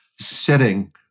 sitting